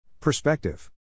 Perspective